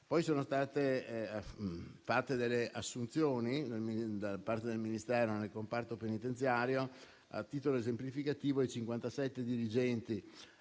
Sono state fatte delle assunzioni da parte del Ministero nel comparto penitenziario: a titolo esemplificativo, 57 dirigenti